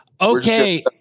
Okay